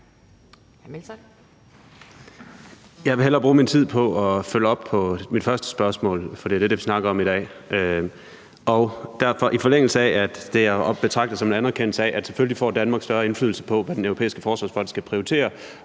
Jeg vil hellere bruge min tid på at følge op på mit første spørgsmål, for det er det, vi snakker om i dag. I forlængelse af at jeg betragter det som en anerkendelse af, at Danmark selvfølgelig får større indflydelse på, hvad Den Europæiske Forsvarsfond skal prioritere,